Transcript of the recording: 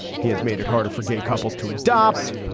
he has made it harder for gay couples to adopt.